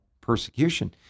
persecution